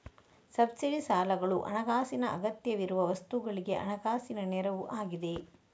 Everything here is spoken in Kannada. ಸಬ್ಸಿಡಿ ಸಾಲಗಳು ಹಣಕಾಸಿನ ಅಗತ್ಯವಿರುವ ವಸ್ತುಗಳಿಗೆ ಹಣಕಾಸಿನ ನೆರವು ಆಗಿದೆ